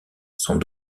sont